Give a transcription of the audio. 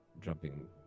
jumping